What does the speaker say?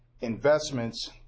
investments